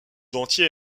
dentier